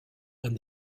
and